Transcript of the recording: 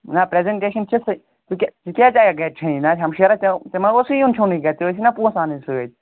نہ پریٚزَنٹیشن چھِ سہٕ ژٕ ژٕ کیاہ ژٕ کیازِ درٛیَکھ گَرِ چھٔنی نہ حٲز ہمشیرا ژےٚ ژےٚ ما اوسی یُنۍ چھونُۍ گَرِ ژےٚ ٲسی نہ پونٛسہٕ اَنٕنۍ سۭتۍ